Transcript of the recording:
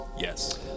Yes